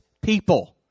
people